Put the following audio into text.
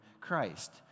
Christ